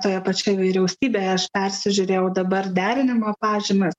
toje pačioj vyriausybėje aš persižiūrėjau dabar derinimo pažymas